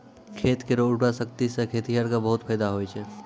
खेत केरो उर्वरा शक्ति सें खेतिहर क बहुत फैदा होय छै